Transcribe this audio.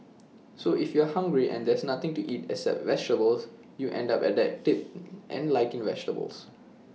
so if you are hungry and there's nothing to eat except vegetables you end up adapting and liking vegetables